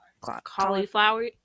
Cauliflower